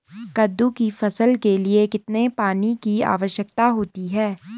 कद्दू की फसल के लिए कितने पानी की आवश्यकता होती है?